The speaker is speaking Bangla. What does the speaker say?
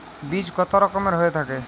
বীজ কত রকমের হয়ে থাকে?